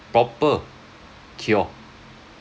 proper cure